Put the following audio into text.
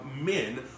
men